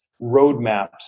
roadmaps